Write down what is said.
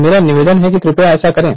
मेरा निवेदन है कि कृपया ऐसा करें